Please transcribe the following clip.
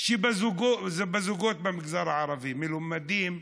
שבזוגות במגזר הערבי: מלומדים,